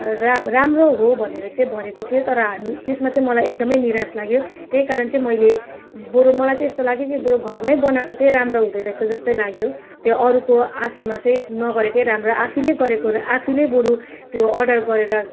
राम् राम्रो हो भनेर चाहिँ भनेको थियो तर त्यसमा चाहिँ मलाई एकदम निराश लाग्यो त्यही कारण चाहिँ मैले बरु मलाई चाहिँ यस्तो लाग्यो कि बरु घरमै बनाएको चाहिँ राम्रो हुँदोरहेछ जस्तै लाग्यो त्यो अरूको आशामा चाहिँ नगरेको राम्रो आफैले गरेको आफैले बरु अर्डर गरेर